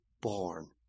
Born